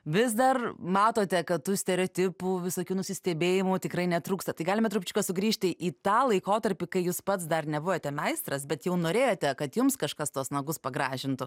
vis dar matote kad tų stereotipų visokių nusistebėjimų tikrai netrūksta tai galime trupučiuką sugrįžti į tą laikotarpį kai jūs pats dar nebuvote meistras bet jau norėjote kad jums kažkas tuos nagus pagražintų